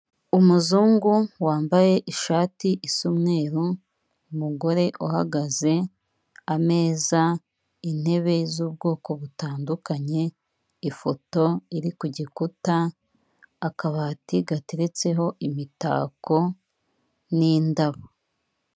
Umuzungu wambaye ishati isa umweru umugore uhagaze, ameza intebe, z'ubwoko butandukanye, ifoto iri ku gikuta, akabati gateretseho imitako n'indabo.